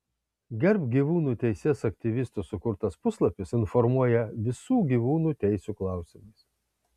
gerbk gyvūnų teises aktyvistų sukurtas puslapis informuoja visų gyvūnų teisių klausimais